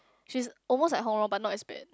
she's almost like Hong Rong but not as bad